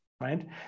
right